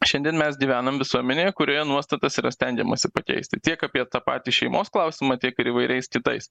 šiandien mes gyvenam visuomenėje kurioje nuostatas yra stengiamasi pakeis tai tiek apie tą patį šeimos klausimą tiek ir įvairiais kitais